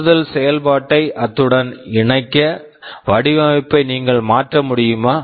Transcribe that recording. கூடுதல் செயல்பாட்டை அத்துடன் இணைக்க வடிவமைப்பை நீங்கள் மாற்ற முடியுமா